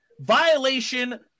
violation